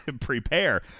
prepare